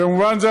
במובן זה,